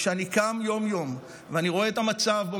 כשאני קם יום-יום ואני רואה את המצב שבו